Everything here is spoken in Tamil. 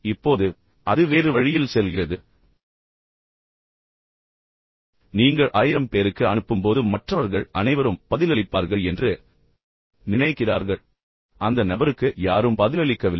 இப்போது அது வேறு வழியில் செல்கிறது நீங்கள் 1000 பேருக்கு அனுப்பும்போது மற்றவர்கள் அனைவரும் பதிலளிப்பார்கள் என்று எல்லோரும் நினைக்கிறார்கள் இறுதியாக அந்த நபருக்கு யாரும் பதிலளிக்கவில்லை